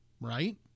right